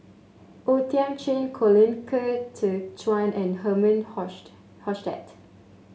O Thiam Chin Colin Qi Zhe Quan and Herman Hochstadt